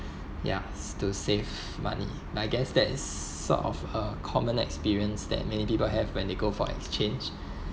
yeah s~ to save money like I guess that's sort of a common experience that many people have when they go for exchange